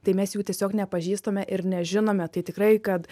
tai mes jų tiesiog nepažįstame ir nežinome tai tikrai kad